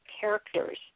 characters